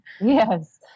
Yes